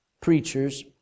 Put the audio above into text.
preachers